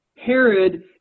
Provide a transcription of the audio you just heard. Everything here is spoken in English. Herod